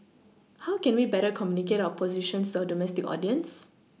how can we better communicate our positions to our domestic audience